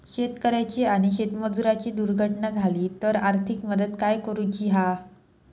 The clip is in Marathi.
शेतकऱ्याची आणि शेतमजुराची दुर्घटना झाली तर आर्थिक मदत काय करूची हा?